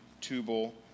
Tubal